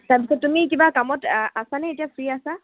তাৰপিছত তুমি কিবা কামত আছা নে এতিয়া ফ্ৰী আছা